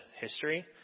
history